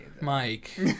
Mike